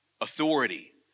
authority